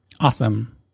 awesome